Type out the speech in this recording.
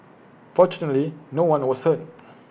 fortunately no one was hurt